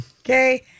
okay